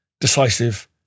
decisive